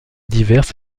diverses